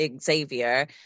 Xavier